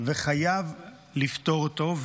וחייבים לפתור אותו.